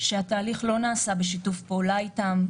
שהתהליך לא נעשה בשיתוף פעולה איתם.